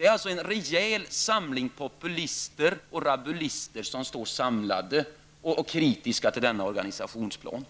Det är alltså en rejäl samling rabulister och populister som samlat står kritiska till denna organisationsplan!